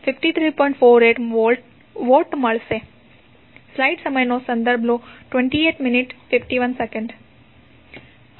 48 vote મળશે